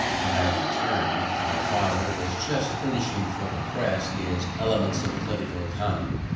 when i returned, my father was just finishing for the press his elements of political economy,